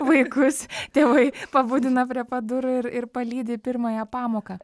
praktiškai vaikus tėvai pabudina prie pat durų ir ir palydi į pirmąją pamoką